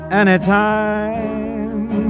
anytime